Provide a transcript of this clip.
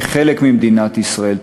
היא חלק ממדינת ישראל.